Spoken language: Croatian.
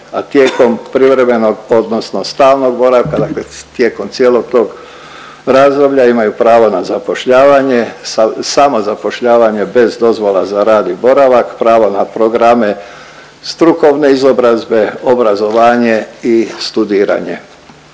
a tijekom privremenog odnosno stalnog boravka, dakle tijekom cijelog tog razdoblja imaju pravo na zapošljavanje, samozapošljavanje bez dozvola za rad i boravak, pravo na programe strukovne izobrazbe, obrazovanje i studiranje.